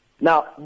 Now